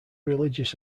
religious